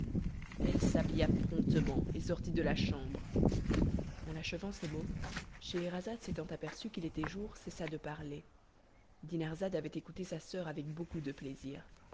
elle s'habilla promptement et sortit de la chambre en achevant ces mots scheherazade s'étant aperçu qu'il était jour cessa de parler dinarzade avait écouté sa soeur avec beaucoup de plaisir